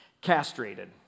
castrated